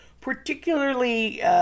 particularly